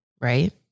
right